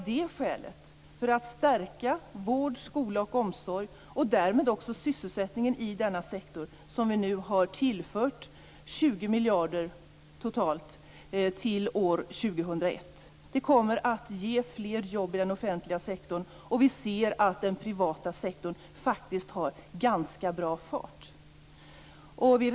Det är för att stärka vård, skola och omsorg och därmed sysselsättningen i denna sektor som vi nu har tillfört 20 miljarder totalt till år 2001. Det kommer att ge fler jobb i den offentliga sektorn, och vi ser att den privata sektorn har ganska bra fart.